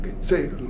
Say